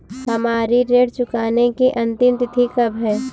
हमारी ऋण चुकाने की अंतिम तिथि कब है?